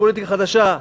פוליטיקה חדשה,